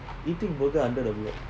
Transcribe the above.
eating burger under the block